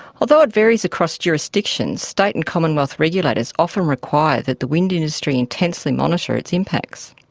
although it varies across jurisdictions, state and commonwealth regulators often require that the wind industry intensely monitor its impacts.